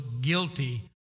guilty